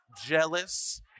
jealous